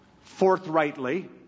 forthrightly